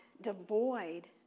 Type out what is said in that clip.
devoid